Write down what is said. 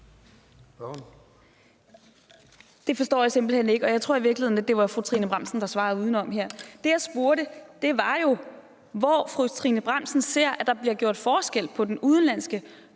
Det forstår jeg simpelt hen ikke, og jeg tror i virkeligheden, at det var fru Trine Bramsen, der her svarede udenom. Det, jeg spurgte om, var jo, hvor fru Trine Bramsen ser, at der bliver gjort forskel på den udenlandske